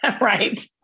right